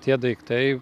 tie daiktai